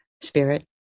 spirit